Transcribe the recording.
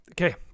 okay